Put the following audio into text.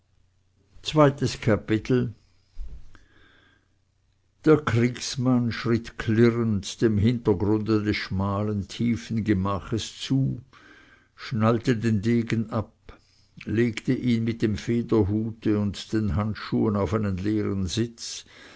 zweites kapitel der kriegsmann schritt klirrend dem hintergrunde des schmalen tiefen gemaches zu schnallte den degen ab legte ihn mit dem federhute und den handschuhen auf einen leeren sitz